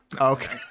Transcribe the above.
Okay